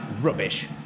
Rubbish